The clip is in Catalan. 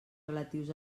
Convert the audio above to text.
relatius